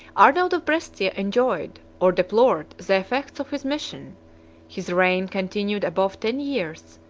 arnold of brescia enjoyed, or deplored, the effects of his mission his reign continued above ten years,